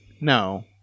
no